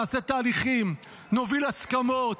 נעשה תהליכים, נוביל ההסכמות.